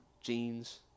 jeans